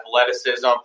athleticism